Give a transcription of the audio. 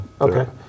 Okay